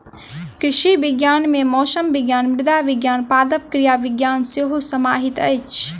कृषि विज्ञान मे मौसम विज्ञान, मृदा विज्ञान, पादप क्रिया विज्ञान सेहो समाहित अछि